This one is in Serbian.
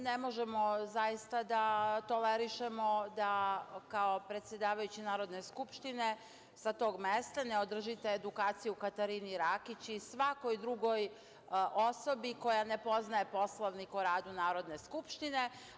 Ne možemo zaista da tolerišemo da, kao predsedavajući Narodne skupštine, sa tog mesta ne održite edukaciju Katarini Rakić i svakoj drugoj osobi koja ne poznaje Poslovnik o radu Narodne skupštine.